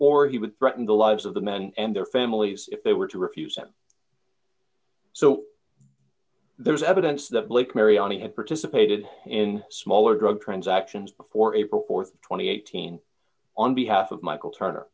or he would threaten the lives of the men and their families if they were to refuse him so there is evidence that lake mary only had participated in smaller drug transactions before april th two thousand and eighteen on behalf of michael turner